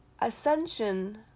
Ascension